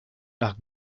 nach